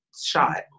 shot